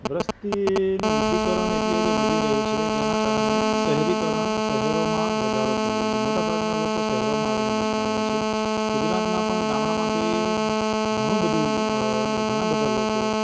વસ્તી એનું વૃદ્ધિકરણ એટલી હદે વધી રહ્યું છે જેના કારણે શહેરીકરણ શહેરોમાં વધારો થઈ રહ્યો છે મોટાભાગનાં લોકો શહેરોમાં આવીને વસતાં હોય છે ગુજરાતમાં પણ ગામડામાંથી ઘણું બધું ઘણા બધા લોકો